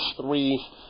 three